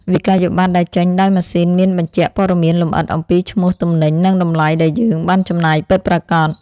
វិក្កយបត្រដែលចេញដោយម៉ាស៊ីនមានបញ្ជាក់ព័ត៌មានលម្អិតអំពីឈ្មោះទំនិញនិងតម្លៃដែលយើងបានចំណាយពិតប្រាកដ។